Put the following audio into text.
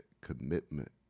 commitment